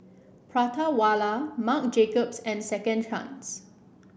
Prata Wala Marc Jacobs and Second Chance